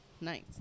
Nice